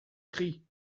cri